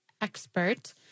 expert